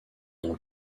dans